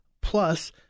plus